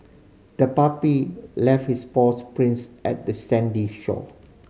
the puppy left its paws prints at the sandy shore